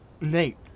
Nate